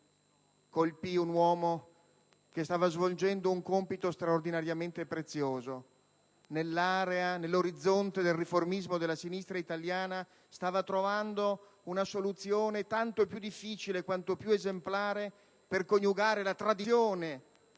colpì un uomo che stava svolgendo un compito straordinariamente prezioso: nell'orizzonte del riformismo della sinistra italiana stava trovando una soluzione tanto più difficile quanto più esemplare per coniugare la tradizione